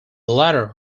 latter